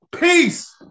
Peace